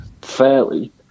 fairly